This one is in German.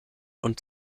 und